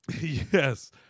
Yes